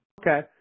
Okay